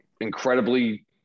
incredibly